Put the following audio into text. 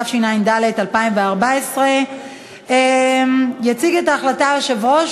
התשע"ד 2014. יציג את ההחלטה יושב-ראש